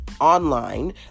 online